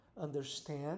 understand